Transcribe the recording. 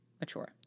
Mature